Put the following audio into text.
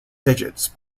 digits